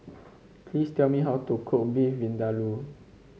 please tell me how to cook Beef Vindaloo